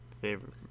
favorite